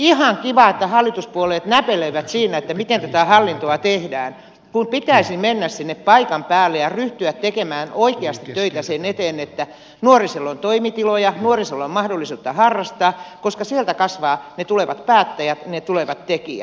ihan kiva että hallituspuolueet näpelöivät siinä että miten tätä hallintoa tehdään kun pitäisi mennä sinne paikan päälle ja ryhtyä tekemään oikeasti töitä sen eteen että nuorisolla on toimitiloja nuorisolla on mahdollisuus harrastaa koska sieltä kasvavat ne tulevat päättäjät ne tulevat tekijät